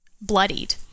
bloodied